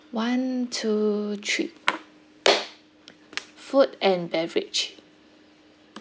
one two three food and beverage